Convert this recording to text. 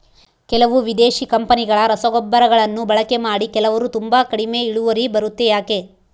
ಕೆಲವು ವಿದೇಶಿ ಕಂಪನಿಗಳ ರಸಗೊಬ್ಬರಗಳನ್ನು ಬಳಕೆ ಮಾಡಿ ಕೆಲವರು ತುಂಬಾ ಕಡಿಮೆ ಇಳುವರಿ ಬರುತ್ತೆ ಯಾಕೆ?